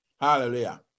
Hallelujah